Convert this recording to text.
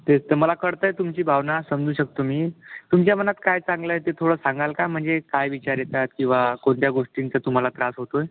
तेचं मला कळत आहे तुमची भावना समजू शकतो मी तुमच्या मनात काय चांगलं आहे ते थोडं सांगाल का म्हणजे काय विचार येतात किंवा कोणत्या गोष्टींचा तुम्हाला त्रास होतो आहे